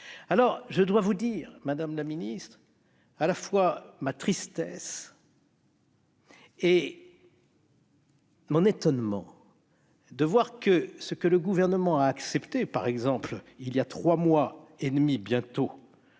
prises. Je dois vous dire, madame la ministre, à la fois ma tristesse et mon étonnement de voir que ce que le Gouvernement a accepté, par exemple il y a trois mois et demi bientôt